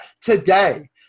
today